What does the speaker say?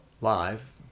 live